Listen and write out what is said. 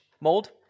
mold